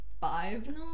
Five